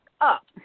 up